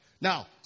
Now